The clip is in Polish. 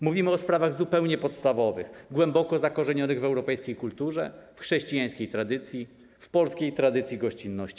Mówimy o sprawach zupełnie podstawowych, głęboko zakorzenionych w europejskiej kulturze, w chrześcijańskiej tradycji, w polskiej tradycji gościnności.